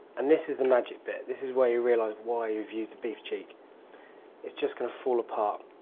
and, this is the magic bit. this is where you realize why you have used the beef cheek. it is just going to fall apart.